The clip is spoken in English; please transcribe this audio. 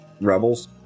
rebels